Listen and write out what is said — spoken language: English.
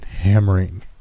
hammering